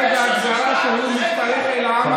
אולי בהגדרה שהוא משתייך אליו,